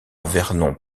vernon